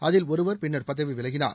அதில் ஒருவர் பின்னர் பதவி விலகினார்